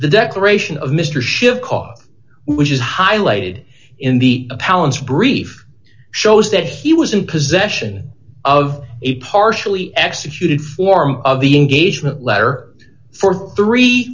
the declaration of mr shift cause which is highlighted in the palin's brief shows that he was in possession of a partially executed form of the engagement letter for three